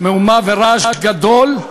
ורעש גדול.